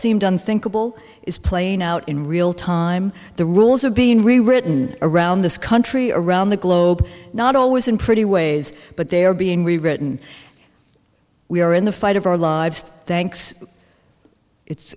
seemed unthinkable is playing out in real time the rules are being rewritten around this country around the globe not always in pretty ways but they are being written we are in the fight of our lives thanks it's